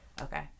Okay